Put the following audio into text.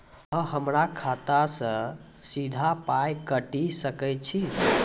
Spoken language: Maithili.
अहॉ हमरा खाता सअ सीधा पाय काटि सकैत छी?